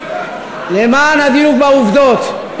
למען הדיוק בעובדות,